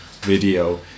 video